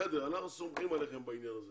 בסדר, אנחנו סומכים עליכם בעניין הזה